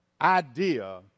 idea